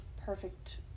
perfect